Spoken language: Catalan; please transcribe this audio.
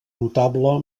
notable